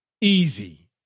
easy